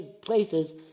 places